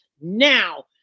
now